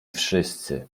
wszyscy